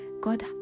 God